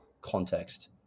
context